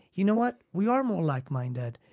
you know what, we are more like-minded.